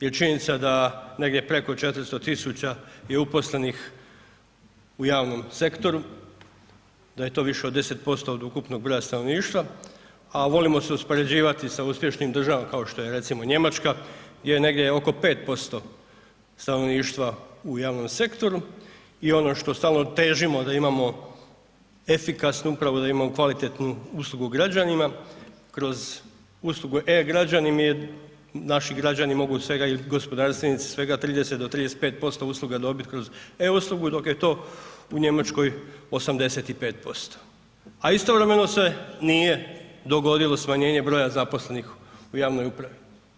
Jer činjenica da negdje preko 400.000 je uposlenih u javnom sektoru, da je to više od 10% od ukupnog broja stanovništva, a volimo se uspoređivati sa uspješnim državama kao što je recimo Njemačka, gdje negdje oko 5% stanovništva u javnom sektoru i ono što stalno težimo da imamo efikasnu upravu, da imamo kvalitetnu uslugu građanima kroz uslugu e-građani naši građani mogu svega i gospodarstvenici svega 30 do 35% dobit kroz e-uslugu dok je to u Njemačkoj 85%, a istovremeno se nije dogodilo smanjenje broja zaposlenih u javnoj upravi.